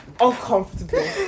uncomfortable